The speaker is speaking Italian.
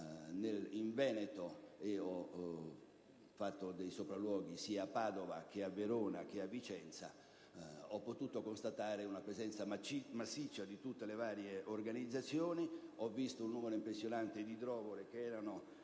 in Veneto e ho effettuato dei sopralluoghi sia a Padova che a Verona che a Vicenza, ho potuto constatare una presenza massiccia di tutte le varie organizzazioni; ho visto un numero impressionante di idrovore in piena